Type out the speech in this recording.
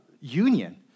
union